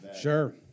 Sure